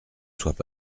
soient